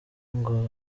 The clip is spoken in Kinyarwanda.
ngo